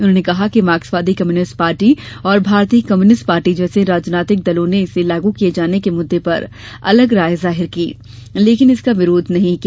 उन्होंने कहा कि मार्क्सवादी कम्युनिस्ट पार्टी और भारतीय कम्युनिस्ट पार्टी जैसे राजनीतिक दलों ने इसे लागू किये जाने के मुद्दे पर अलग राय जाहिर की लेकिन इसका विरोध नहीं किया